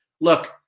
Look